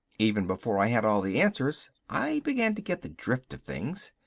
even before i had all the answers i began to get the drift of things.